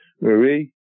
Marie